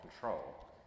control